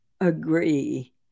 agree